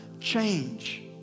change